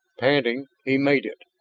panting, he made it,